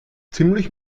ziemlich